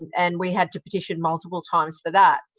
and we had to petition multiple times for that.